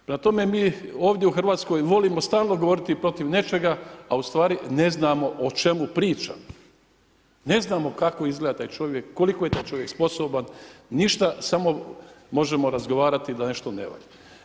Prema tome, mi ovdje u Hrvatskoj volimo stalno govoriti protiv nečega, a u stvari ne znamo o čemu pričamo, ne znamo kako izgleda taj čovjek koliko je taj čovjek sposoban, ništa samo možemo razgovarati da nešto ne valja.